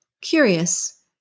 Curious